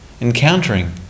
encountering